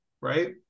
right